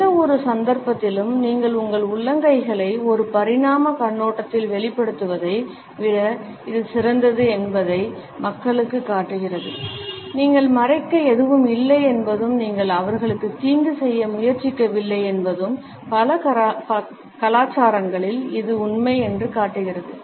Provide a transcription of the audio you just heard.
எந்தவொரு சந்தர்ப்பத்திலும் நீங்கள் உங்கள் உள்ளங்கைகளை ஒரு பரிணாம கண்ணோட்டத்தில் வெளிப்படுத்துவதை விட இது சிறந்தது என்பதை மக்களுக்குக் காட்டுகிறது நீங்கள் மறைக்க எதுவும் இல்லை என்பதும் நீங்கள் அவர்களுக்கு தீங்கு செய்ய முயற்சிக்கவில்லை என்பதும் பல கலாச்சாரங்களில் இது உண்மை என காட்டுகிறது